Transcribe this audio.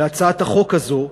בהצעת החוק הזאת,